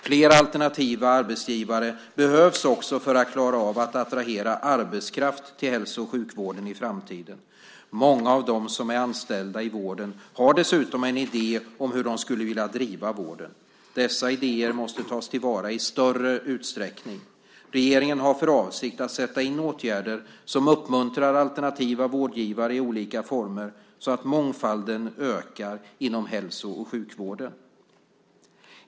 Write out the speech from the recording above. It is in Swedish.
Fler alternativa arbetsgivare behövs också för att klara av att attrahera arbetskraft till hälso och sjukvården i framtiden. Många av dem som är anställda i vården har dessutom en idé om hur de skulle vilja driva vården. Dessa idéer måste tas till vara i större utsträckning. Regeringen har för avsikt att sätta in åtgärder som uppmuntrar alternativa vårdgivare i olika former så att mångfalden ökar inom hälso och sjukvården.